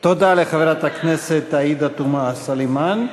תודה לחברת הכנסת עאידה תומא סלימאן.